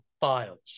files